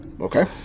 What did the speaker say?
Okay